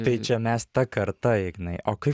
tai čia mes ta karta ignai o kaip